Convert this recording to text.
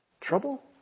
Trouble